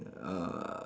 uh